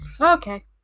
okay